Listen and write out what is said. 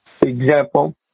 example